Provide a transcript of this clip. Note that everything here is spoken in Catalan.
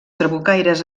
trabucaires